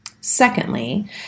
Secondly